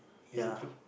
is it true